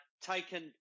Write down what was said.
taken